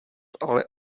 ale